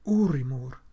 urimur